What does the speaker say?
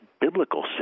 biblical